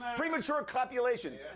ah premature copulation.